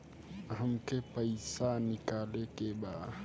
हमके पैसा निकाले के बा